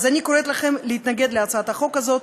אז אני קוראת לכם להתנגד להצעת החוק הזאת.